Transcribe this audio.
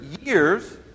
years